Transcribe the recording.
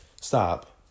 Stop